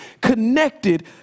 connected